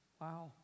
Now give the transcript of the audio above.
Wow